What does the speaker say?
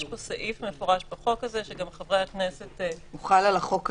יש פה סעיף מפורש בחוק הזה שגם חברי הכנסת --- הוא חל על החוק הזה,